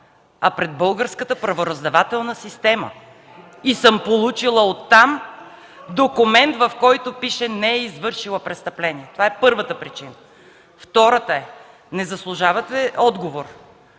а пред българската правораздавателна система и съм получила оттам документ, в който пише: „Не е извършила престъпление.” Това е първата причина. Втората е: не заслужавате отговор,